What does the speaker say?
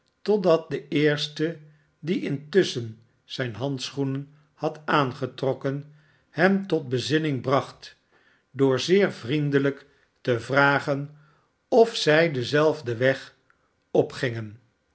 totdat de eerste die intusschen zijne handschoenen had aangetrokken hem tot bezinning bracht door zeer vriendelijk te vragen of zij denzelfden weg opgingen